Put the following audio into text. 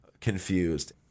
confused